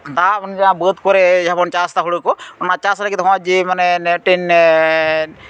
ᱫᱟᱜ ᱵᱚᱱ ᱧᱩᱭᱟ ᱵᱟᱹᱫᱽ ᱠᱚᱨᱮᱫ ᱡᱟᱦᱟᱸ ᱵᱚᱱ ᱪᱟᱥ ᱮᱫᱟ ᱦᱩᱲᱩ ᱠᱚ ᱚᱱᱟ ᱪᱟᱥ ᱞᱟᱹᱜᱤᱫ ᱦᱚᱸᱜᱼᱚᱭ ᱡᱮ